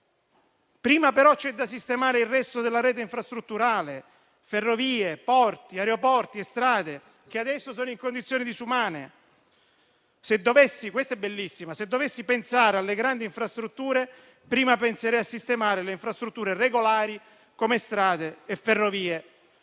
prima però c'è da sistemare il resto della rete infrastrutturale: ferrovie, porti, aeroporti e strade che adesso sono in condizioni disumane; se dovessi - questa è bellissima - pensare alle grandi infrastrutture, prima penserei a sistemare le infrastrutture regolari, come strade e ferrovie.